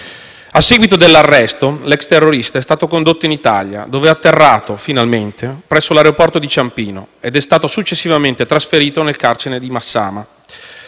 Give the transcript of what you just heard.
a seguito dell'arresto, l'ex terrorista è stato condotto in Italia, dove è atterrato presso l'aeroporto di Ciampino, ed è stato successivamente trasferito nel carcere di Massama